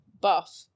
buff